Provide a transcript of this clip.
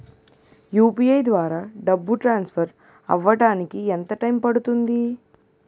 UPI ద్వారా డబ్బు transfer అవ్వడానికి ఎంత టైం పడుతుంది?